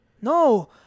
No